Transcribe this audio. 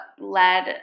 led